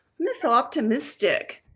miss optimistic.